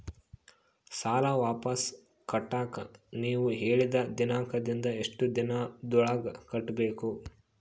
ಸಾಲ ವಾಪಸ್ ಕಟ್ಟಕ ನೇವು ಹೇಳಿದ ದಿನಾಂಕದಿಂದ ಎಷ್ಟು ದಿನದೊಳಗ ಕಟ್ಟಬೇಕು?